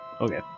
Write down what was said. Okay